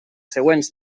següents